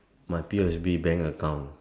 my P_O_S_B bank account